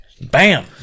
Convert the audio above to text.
Bam